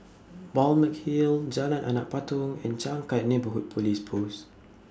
Balmeg Hill Jalan Anak Patong and Changkat Neighbourhood Police Post